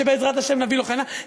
שבעזרת השם נביא לו חנינה,